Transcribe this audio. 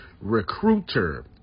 Recruiter